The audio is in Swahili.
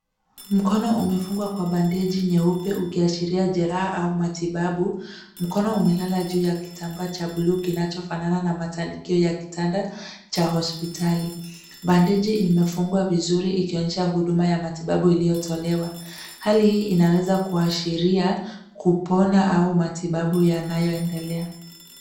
Mkono umefungwa kwa bandeji nyeupe ukiashiria jeraha au matibabu . Mkono umelala juu ya kitambaa cha buluu kinachofanana na matandikio ya kitanda cha hospitali. Bandeji imefungwa vizuri ikionyesha huduma ya matibabu iliyotolewa. Hali hii inaweza kuashiria kupona au matibabu yanayoendelea.